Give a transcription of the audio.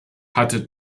hatte